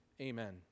amen